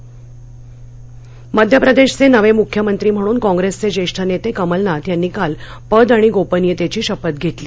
शपथविधी मध्यप्रदेशचे नवे मुख्यमंत्री म्हणून काँप्रेसचे ज्येष्ठ नेते कमलनाथ यांनी काल पद आणि गोपनियतेची शपथ घेतली